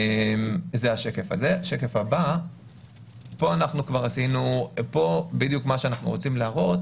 פה אנחנו רוצים להראות